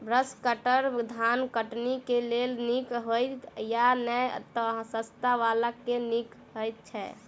Brush cutter धान कटनी केँ लेल नीक हएत या नै तऽ सस्ता वला केँ नीक हय छै?